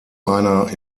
einer